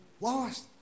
Lost